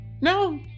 No